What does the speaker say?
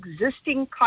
existing